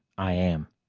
i am.